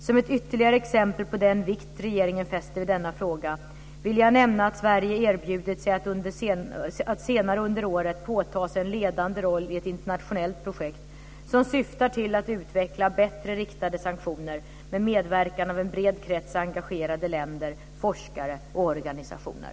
Som ett ytterligare exempel på den vikt regeringen fäster vid denna fråga vill jag nämna att Sverige erbjudit sig att senare under året påta sig en ledande roll i ett internationellt projekt som syftar till att utveckla bättre riktade sanktioner, med medverkan av en bred krets andra engagerade länder, forskare och organisationer.